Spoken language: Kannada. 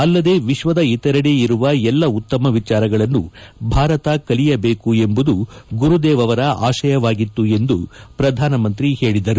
ಅಲ್ಲದೇ ವಿಶ್ವದ ಇತರೆಡೆ ಇರುವ ಎಲ್ಲ ಉತ್ತಮ ವಿಚಾರಗಳನ್ನು ಭಾರತ ಕಲಿಯಬೇಕು ಎಂಬುದು ಗುರುದೇವ್ ಅವರ ಆಶಯವಾಗಿತ್ತು ಎಂದು ಪ್ರಧಾನಮಂತ್ರಿ ಹೇಳಿದರು